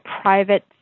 private